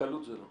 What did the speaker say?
בקלות זה לא.